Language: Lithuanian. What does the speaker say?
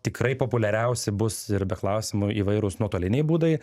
tikrai populiariausi bus ir be klausimų įvairūs nuotoliniai būdai